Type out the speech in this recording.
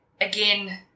again